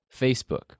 Facebook